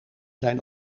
zijn